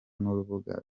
n’urubuga